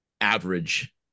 average